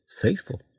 faithful